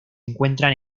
encuentran